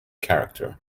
character